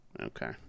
Okay